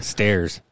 Stairs